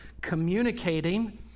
communicating